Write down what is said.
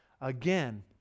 again